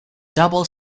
double